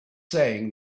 saying